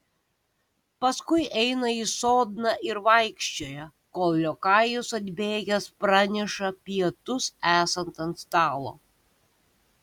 paskui eina į sodną ir vaikščioja kol liokajus atbėgęs praneša pietus esant ant stalo